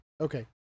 okay